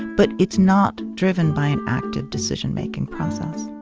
but it's not driven by an active decision-making process